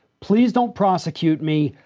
please don't prosecute me.